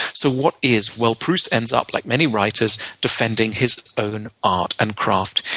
so what is? well, proust ends up, like many writers, defending his own art and craft.